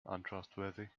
untrustworthy